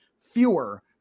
fewer